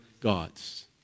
gods